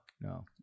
No